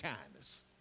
kindness